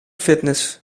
fitness